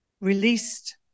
released